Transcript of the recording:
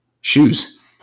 shoes